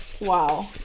Wow